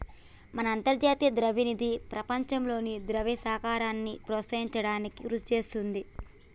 మన అంతర్జాతీయ ద్రవ్యనిధి ప్రపంచంలో దివ్య సహకారాన్ని ప్రోత్సహించడానికి కృషి చేస్తుంది